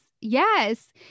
yes